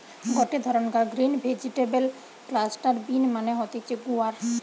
গটে ধরণকার green vegetable cluster bean মানে হতিছে গুয়ার